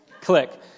Click